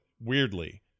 weirdly